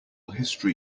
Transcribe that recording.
history